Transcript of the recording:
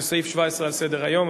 זה סעיף 17 בסדר-היום,